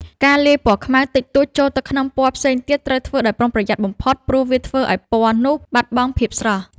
ការលាយពណ៌ខ្មៅតិចតួចចូលទៅក្នុងពណ៌ផ្សេងទៀតត្រូវធ្វើដោយប្រុងប្រយ័ត្នបំផុតព្រោះវាអាចធ្វើឱ្យពណ៌នោះបាត់បង់ភាពស្រស់។